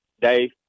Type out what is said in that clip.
Dave